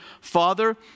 father